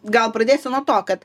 gal pradėsiu nuo to kad